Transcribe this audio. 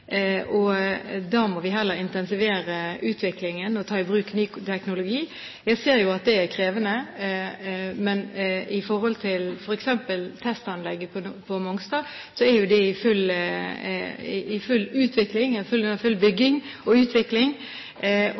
Da må vi heller intensivere utviklingen og ta i bruk ny teknologi. Jeg ser jo at det er krevende, men når det f.eks. gjelder testanlegget på Mongstad, er det under bygging og full utvikling,